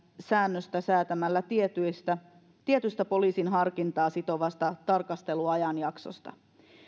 säännöstä säätämällä tietystä tietystä poliisin harkintaa sitovasta tarkasteluajanjaksosta